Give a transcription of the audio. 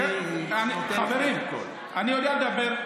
חברים, אני יודע לדבר.